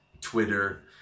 Twitter